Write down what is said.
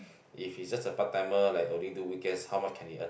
if he's just a part timer like only do weekends how much can he earn